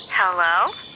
Hello